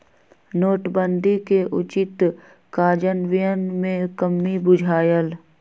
नोटबन्दि के उचित काजन्वयन में कम्मि बुझायल